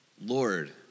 Lord